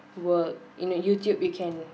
we're in a youtube you can